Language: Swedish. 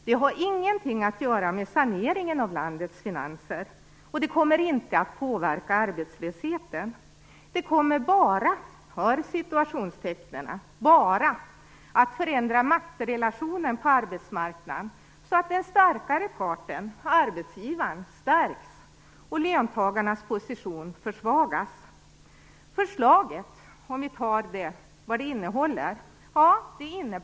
Detta har ingenting att göra med saneringen av landets finanser och det kommer inte att påverka arbetslösheten. Det kommer bara att förändra maktrelationen på arbetsmarknaden så att den starkare parten, arbetsgivaren, stärks och löntagarnas position försvagas.